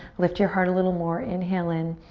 lift your heart a little more, inhale in.